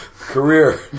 career